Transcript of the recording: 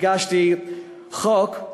הגשתי הצעת חוק,